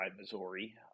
Missouri